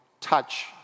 touch